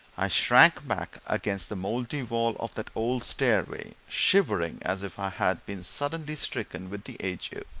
i shrank back against the mouldy wall of that old stairway shivering as if i had been suddenly stricken with the